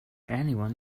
anyone